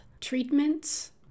treatments